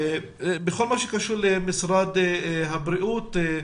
בכל מה שקשור למשרד הבריאות,